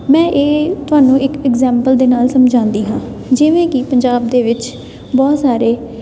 ਮੈਂ ਇਹ ਤੁਹਾਨੂੰ ਇੱਕ ਐਗਜੈਂਪਲ ਦੇ ਨਾਲ ਸਮਝਾਉਂਦੀ ਹਾਂ ਜਿਵੇਂ ਕਿ ਪੰਜਾਬ ਦੇ ਵਿੱਚ ਬਹੁਤ ਸਾਰੇ